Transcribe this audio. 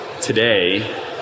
Today